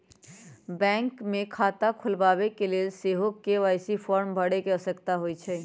bank मे खता खोलबाबेके लेल सेहो के.वाई.सी फॉर्म भरे के आवश्यकता होइ छै